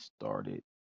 started